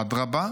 אדרבה,